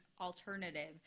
alternative